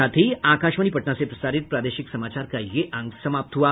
इसके साथ ही आकाशवाणी पटना से प्रसारित प्रादेशिक समाचार का ये अंक समाप्त हुआ